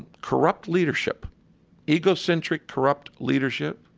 and corrupt leadership egocentric, corrupt leadership.